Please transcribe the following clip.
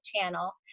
channel